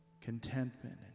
contentment